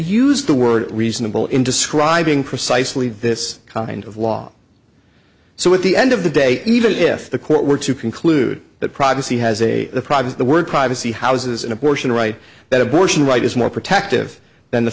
used the word reasonable in describing precisely this kind of law so at the end of the day even if the court were to conclude that privacy has a problem the word privacy houses and abortion rights that abortion rights is more protective than the